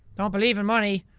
don't believe in money.